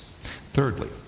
Thirdly